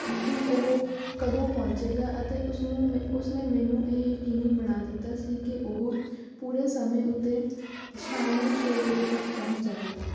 ਵੀ ਉਹ ਕਦੋਂ ਪਹੁੰਚੇਗਾ ਅਤੇ ਉਸਨੂੰ ਮ ਉਸਨੇ ਮੈਨੂੰ ਇਹ ਯਕੀਨੀ ਬਣਾ ਦਿੱਤਾ ਸੀ ਕਿ ਉਹ ਪੂਰੇ ਸਮੇਂ ਉੱਤੇ ਸ਼ਾਮ ਨੂੰ ਛੇ ਵਜੇ ਤੱਕ ਪਹੁੰਚ ਜਾਵੇਗਾ